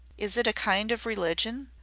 is it a kind of religion?